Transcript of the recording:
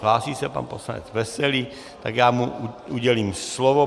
Hlásí se pan poslanec Veselý, tak mu udělím slovo.